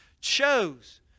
chose